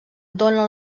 dóna